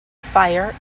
fire